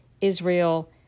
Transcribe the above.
Israel